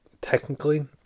technically